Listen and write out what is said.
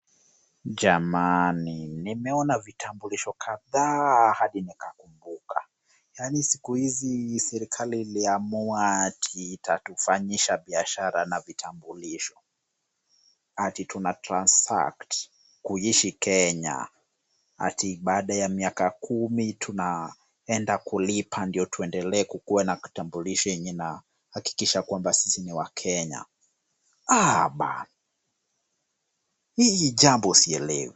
Jamani nimeona vitambulisho kadhaa hadi nikakumbuka. Yaani siku hizi serikali iliamua ati itatufanyisha biashara na vitambulisho. Ati tunatransact kuishi Kenya. Ati baada ya miaka kumi tunaenda kulipa ndio tuendelee kuwa na kitambulisho yenye inahakikisha kuwa sisi ni wakenya. Ah bana, hii jambo sielewi.